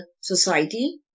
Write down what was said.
society